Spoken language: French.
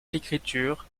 l’écriture